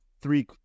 three